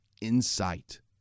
Insight